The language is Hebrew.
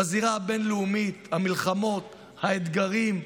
בזירה הבין-לאומית, המלחמות, האתגרים,